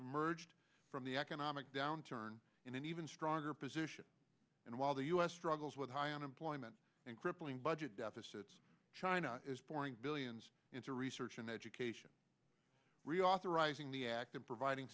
emerged from the economic downturn in an even stronger position and while the u s struggles with high unemployment and crippling budget deficits china is pouring billions into research in education reauthorizing the act of providing